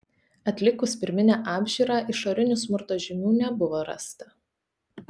atlikus pirminę apžiūrą išorinių smurto žymių nebuvo rasta